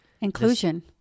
inclusion